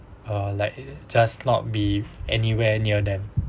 uh like just not be anywhere near them